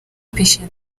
patient